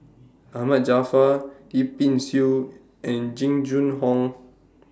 Ahmad Jaafar Yip Pin Xiu and Jing Jun Hong